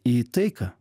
į taiką